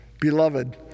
Beloved